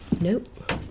Nope